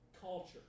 culture